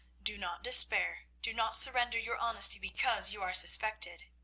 do not despair. do not surrender your honesty because you are suspected.